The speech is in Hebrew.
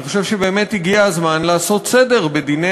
אני חושב שבאמת הגיע הזמן לעשות סדר בדיני